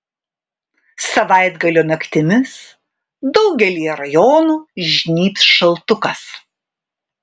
savaitgalio naktimis daugelyje rajonų žnybs šaltukas